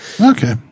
Okay